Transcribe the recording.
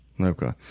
Okay